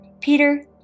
Peter